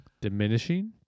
Diminishing